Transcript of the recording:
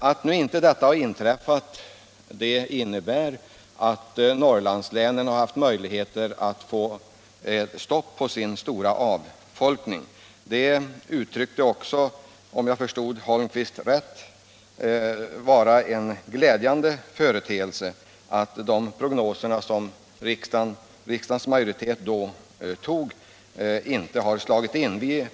Att detta nu inte har inträffat innebär att Norrlandslänen fått möjlighet till uppbromsning av sin stora avfolkning. Om jag förstod Eric Holmqvist rätt anser även han att det var en glädjande företeelse att de prognoser som riksdagens majoritet 1974 antog inte har slagit in.